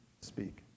speak